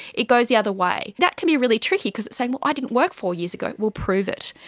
it goes the other way. that can be really tricky because it's saying, well, i didn't work for years ago', well, prove it'.